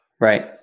right